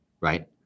right